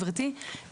גברתי,